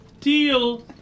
deal